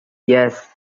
yes